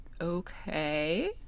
okay